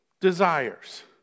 desires